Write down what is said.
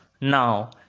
Now